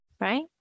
right